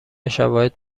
شواهد